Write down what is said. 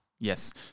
Yes